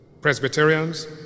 Presbyterians